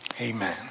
Amen